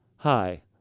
Hi